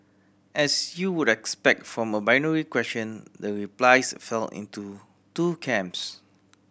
as you would expect from a binary question the replies fell into two camps